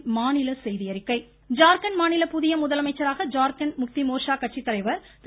ஜார்க்கண்ட் ஜார்கண்ட் மாநில புதிய முதலமைச்சராக ஜார்கண்ட் முக்தி மோர்ச்சா கட்சித்தலைவர் திரு